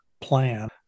plan